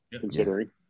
considering